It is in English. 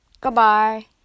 Goodbye